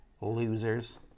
losers